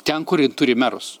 ten kur ji turi merus